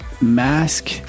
mask